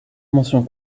mention